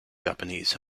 japanese